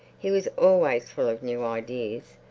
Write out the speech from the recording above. he was always full of new ideas,